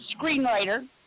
screenwriter